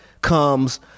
comes